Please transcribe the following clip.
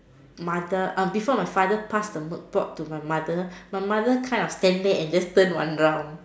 mother um before my father pass the milk pot to my mother my mother kind of just stand there and turn one round